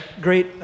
great